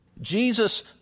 Jesus